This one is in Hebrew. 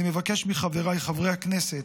אני מבקש מחבריי, חברי הכנסת,